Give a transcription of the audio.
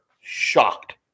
shocked